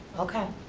okay!